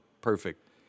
perfect